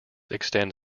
extend